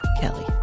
Kelly